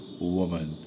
woman